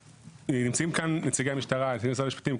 נמצאים כאן נציגי המשטרה ונציגי משרד המשפטים.